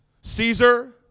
Caesar